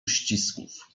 uścisków